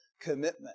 commitment